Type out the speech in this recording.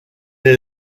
est